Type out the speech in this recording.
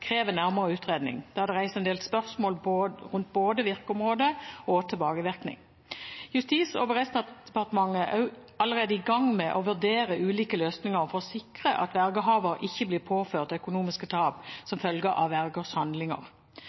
krever nærmere utredning da det reiser en del spørsmål rundt både virkeområde og tilbakevirkning. Justis- og beredskapsdepartementet er allerede i gang med å vurdere ulike løsninger for å sikre at vergehavere ikke blir påført økonomiske tap som følge av vergers handlinger.